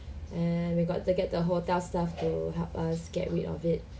and we've got to get the hotel staff to help us get rid of it